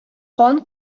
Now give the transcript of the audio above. кан